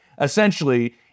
essentially